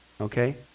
okay